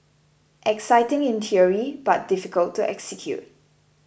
exciting in theory but difficult to execute